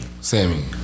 Sammy